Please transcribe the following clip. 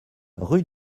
rue